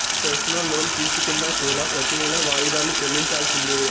personal loan తీసుకున్నా కూడా ప్రెతి నెలా వాయిదాలు చెల్లించాల్సిందే